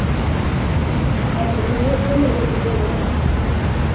हँ तऽ लेबह जे लेबह से देबह